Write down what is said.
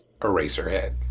Eraserhead